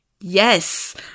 yes